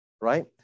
right